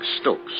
Stokes